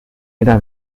era